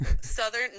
southern